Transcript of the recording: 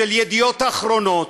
את "ידיעות אחרונות",